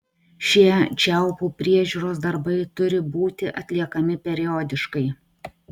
šie čiaupų priežiūros darbai turi būti atliekami periodiškai